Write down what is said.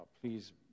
please